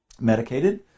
medicated